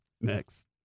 Next